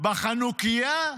בחנוכייה?